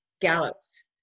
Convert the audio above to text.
gallops